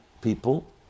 people